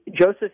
Joseph